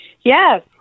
Yes